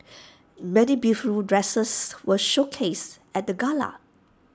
many beautiful dresses were showcased at the gala